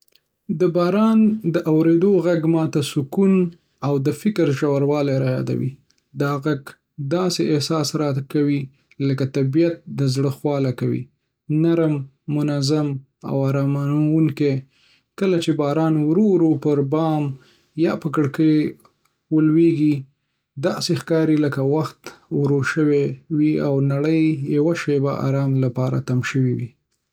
د باران د اورېدو غږ ما ته سکون، او د فکر ژوروالی رايادوي. دا غږ داسې احساس راکوي لکه طبیعت د زړه خواله کوي—نرم، منظم، او آراموونکی. کله چې باران ورو ورو پر بام یا کړکۍ ولویږي، داسې ښکاري لکه وخت ورو شوی وي، او نړۍ یو شېبه د آرام لپاره تم شوې وي.